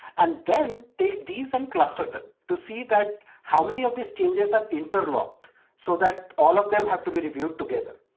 and then take these and clustered it to see that how many of these changes are interlocked so that all of them have to be reviewed together.